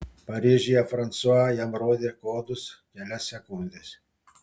paryžiuje fransua jam rodė kodus kelias sekundes